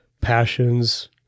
passions